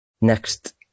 Next